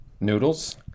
Noodles